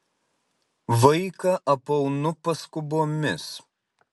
vaiką apaunu paskubomis